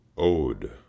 ODE